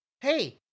hey